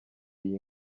iyi